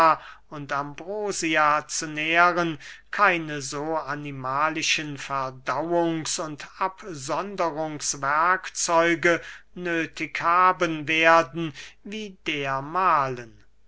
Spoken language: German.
und ambrosia zu nähren keine so animalischen verdauungs und absonderungswerkzeuge nöthig haben werden wie dermahlen